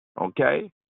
Okay